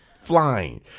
flying